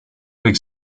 big